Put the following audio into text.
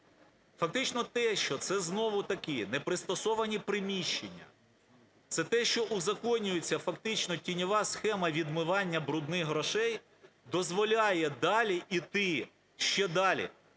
Фактично те, що це знову таки не пристосовані приміщення, це те, що узаконюється фактично тіньова схема відмивання "брудних" грошей, дозволяє далі іти, ще далі.